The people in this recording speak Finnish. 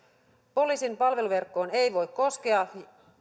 poliisin palveluverkkoon ei voi koskea